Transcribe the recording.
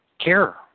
care